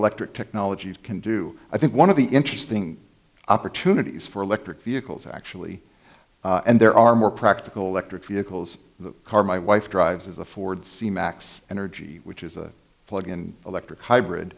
electric technology can do i think one of the interesting opportunities for electric vehicles actually and there are more practical electric vehicles in the car my wife drives is a ford c max energy which is a plug in electric hybrid